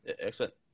Excellent